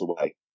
away